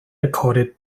accorded